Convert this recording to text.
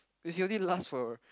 if he only last for